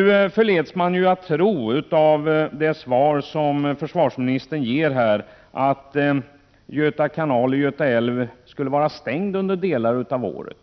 Av det svar som försvarsministern här ger förleds man att tro att Göta kanal och Göta älv skulle vara stängda under delar av året.